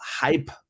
hype